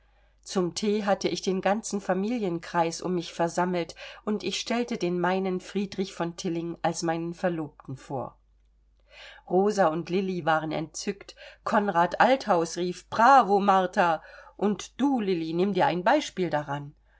zum thee hatte ich den ganzen familienkreis um mich versammelt und ich stellte den meinen friedrich von tilling als meinen verlobten vor rosa und lilli waren entzückt konrad althaus rief bravo martha und du lilli nimm dir ein beispiel daran